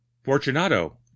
Fortunato